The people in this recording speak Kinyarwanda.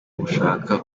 gushaka